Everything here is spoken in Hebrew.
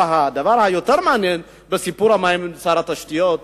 הדבר היותר-מעניין בסיפור המים עם שר התשתיות,